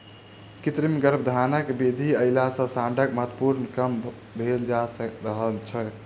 कृत्रिम गर्भाधानक विधि अयला सॅ साँढ़क महत्त्व कम भेल जा रहल छै